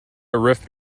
arif